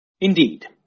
Indeed